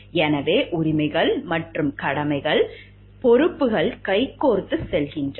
எனவே உரிமைகள் மற்றும் கடமைகள் உரிமைகள் மற்றும் பொறுப்புகள் கைகோர்த்து செல்கின்றன